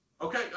Okay